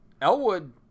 Elwood